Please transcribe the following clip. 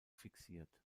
fixiert